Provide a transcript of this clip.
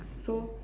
so